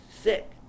sick